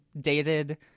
dated